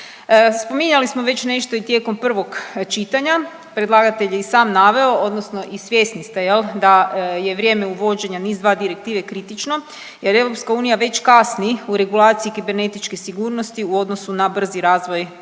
Spominjali smo već nešto i tijekom prvog čitanja, predlagatelj je i sam naveo odnosno i svjesni ste jel da je vrijeme uvođenja NIS2 Direktive kritično jer EU već kasni u regulaciji kibernetičke sigurnosti u odnosu na brzi razvoj